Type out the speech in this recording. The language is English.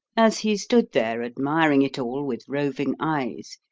as he stood there admiring it all with roving eyes,